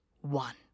one